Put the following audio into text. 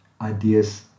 Ideas